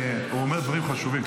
הוא אומר דברים חשובים,